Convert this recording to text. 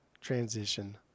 transition